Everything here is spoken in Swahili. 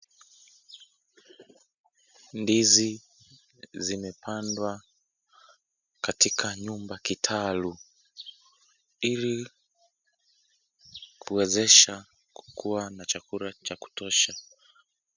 Ndizi zimepandwa katika nyumba kitaru ili kuwezesha kukua na chakula cha kutosha.